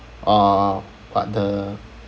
uh but the